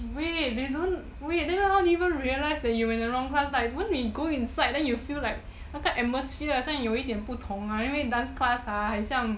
wait they don't wait then how did you even realise that you were in the wrong class won't you go inside then feel that like 那个 atmosphere 好像有一点不同应为 dance class ah 好像